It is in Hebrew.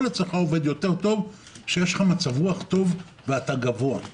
אצלך עובד טוב יותר כאשר יש לך מצב רוח טוב ואתה גבוה.